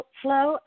flow